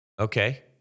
okay